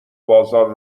بازار